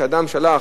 שאדם שלח